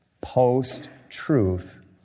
post-truth